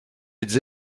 êtes